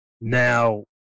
Now